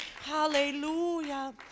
Hallelujah